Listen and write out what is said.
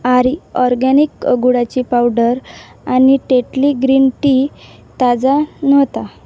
आर्य organic अ गुळाची powder आणि टेटली ग्रीन टी ताजा नव्हता